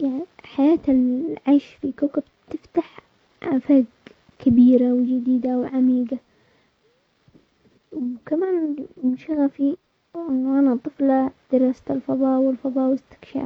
يعني حياة العيش في كوكب تفتح افاق كبيرة جديدة وعميقة، وكمان وشغفي انه انا طفلة درست الفضا والفضاء واستكشاف.